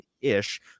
ish